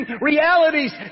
realities